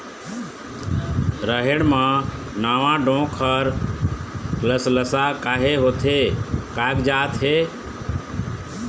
रहेड़ म नावा डोंक हर लसलसा काहे होथे कागजात हे?